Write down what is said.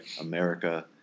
America